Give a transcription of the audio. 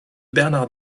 bernard